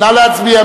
נא להצביע.